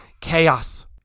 chaos